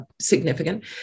significant